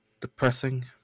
depressing